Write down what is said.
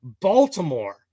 Baltimore